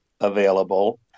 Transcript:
available